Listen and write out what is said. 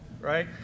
right